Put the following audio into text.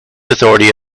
authority